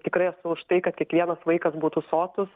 tikrai esu už tai kad kiekvienas vaikas būtų sotus